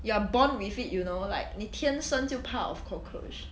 you are born with it you know like 你天生就怕 of cockroach